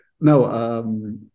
no